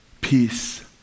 peace